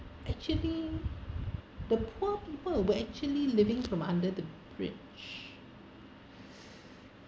actually the poor people were actually living from under the bridge